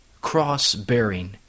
Cross-bearing